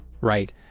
Right